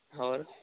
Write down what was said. ਹੋਰ